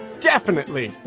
definitely.